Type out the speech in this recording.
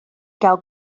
gael